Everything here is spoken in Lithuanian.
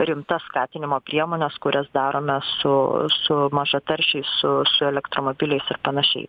rimtas skatinimo priemones kurias darome su su mažataršiais su elektromobiliais ir panašiai